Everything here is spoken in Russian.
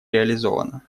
реализовано